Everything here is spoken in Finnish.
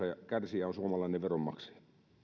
kärsijä on suomalainen veronmaksaja